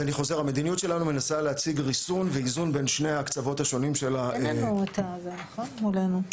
בין שני הקצוות השונים של --- אין לנו את המצגת מולנו,